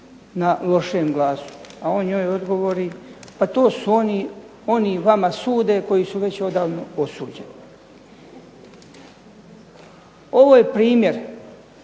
na lošem glasu. A on njoj odgovori, pa to su oni, oni vama sude koji su već odavno osuđeni. Ovo je primjer